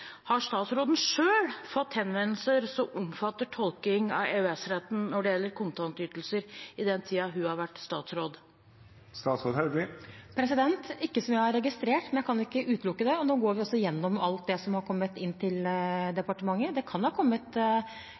Har statsråden selv fått henvendelser som omfatter tolking av EØS-retten når det gjelder kontantytelser, i den tiden hun har vært statsråd? Ikke som jeg har registrert, men jeg kan ikke utelukke det. Nå går vi også igjennom alt det som har kommet inn til departementet. Det kan ha kommet